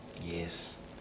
Yes